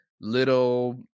little